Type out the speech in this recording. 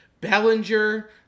Bellinger